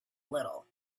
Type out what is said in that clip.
little